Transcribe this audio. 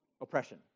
oppression